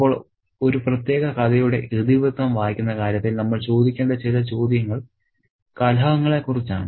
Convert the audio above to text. ഇപ്പോൾ ഒരു പ്രത്യേക കഥയുടെ ഇതിവൃത്തം വായിക്കുന്ന കാര്യത്തിൽ നമ്മൾ ചോദിക്കേണ്ട ചില ചോദ്യങ്ങൾ കലഹങ്ങളെക്കുറിച്ചാണ്